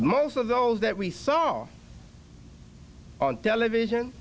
most of those that we saw on television